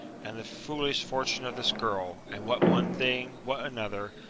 and the foolish fortune of this girl, and what one thing, what another,